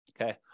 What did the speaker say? Okay